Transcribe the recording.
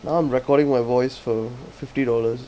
now I'm recording my voice for fifty dollars